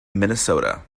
minnesota